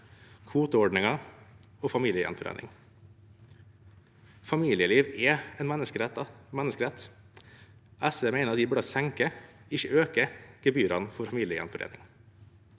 kvoteordningen og familiegjenforening. Familieliv er en menneskerett. SV mener vi burde senket, ikke økt gebyrene for familiegjenforening.